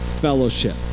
fellowship